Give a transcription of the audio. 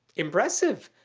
impressive.